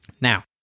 Now